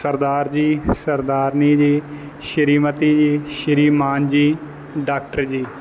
ਸਰਦਾਰ ਜੀ ਸਰਦਾਰਨੀ ਜੀ ਸ਼੍ਰੀਮਤੀ ਜੀ ਸ਼੍ਰੀਮਾਨ ਜੀ ਡਾਕਟਰ ਜੀ